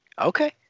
Okay